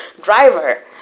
driver